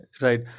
Right